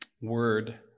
word